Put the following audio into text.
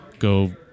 go